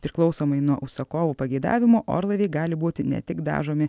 priklausomai nuo užsakovo pageidavimų orlaiviai gali būti ne tik dažomi